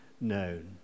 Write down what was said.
known